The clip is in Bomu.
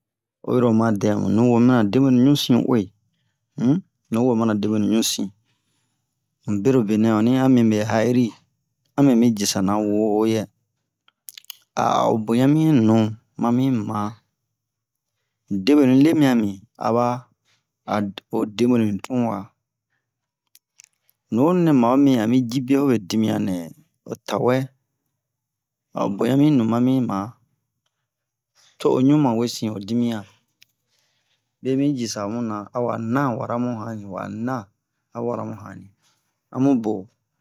oyiro o ma dɛmu nuwo mana debenu ɲusin u'we um nuwo mana debenu ɲusin mu berobe nɛ ani ya mi mɛ ha'iri amɛ mi jisa na woyɛ a'o boɲa mi nu mami man debenu i lemi'ami aba a'o debenu ni tun wa nuwonu nɛ ma'omi ami ji be hobe dimiyan nɛ otawɛ a'o boɲa mi nu ma mi man co'o ɲu ma wesin o dimiyan be mi jisa muna awa nan wara mu hani wa nan a wara mu hani amu bo